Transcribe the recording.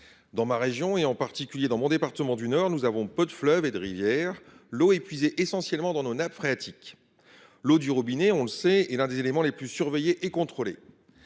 Ma région, en particulier mon département du Nord, compte peu de fleuves et de rivières ; l’eau est puisée essentiellement dans les nappes phréatiques. L’eau du robinet est l’un des éléments les plus surveillés et contrôlés.